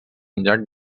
llac